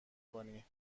کنی